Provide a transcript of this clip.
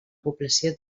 població